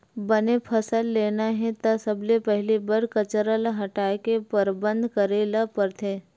बने फसल लेना हे त सबले पहिली बन कचरा ल हटाए के परबंध करे ल परथे